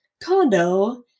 condo